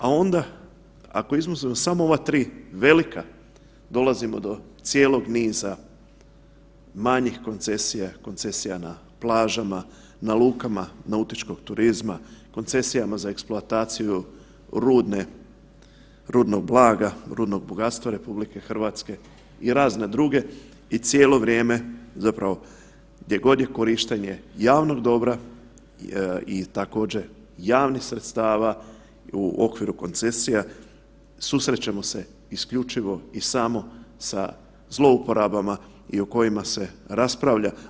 A onda ako izuzmemo samo ova tri velika dolazimo do cijelog niza manjih koncesija, koncesija na plažama, na lukama nautičkog turizma, koncesijama za eksploataciju rudnog blaga, rudnog bogatstva RH i razne druge i cijelo vrijeme gdje god je korištenje javnog dobra i također javnih sredstava u okviru koncesija susrećemo se isključivo i samo sa zlouporabama i o kojima se raspravlja.